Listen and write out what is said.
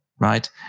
right